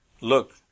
look